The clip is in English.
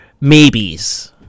maybes